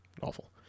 Awful